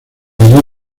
allí